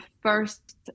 first